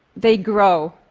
they grow.